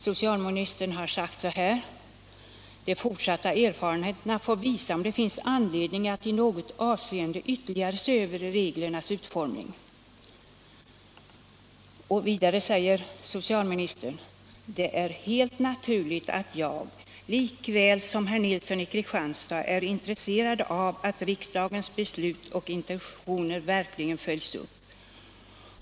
Socialministern sade så här: ”De fortsatta erfarenheterna får visa om det finns anledning att i något avseende ytterligare se över reglernas utformning.” Vidare sade socialministern: ”Det är helt naturligt att jag, lika väl som herr Nilsson i Kristianstad, är intresserad av att riksdagens beslut och intentioner verkligen följs upp.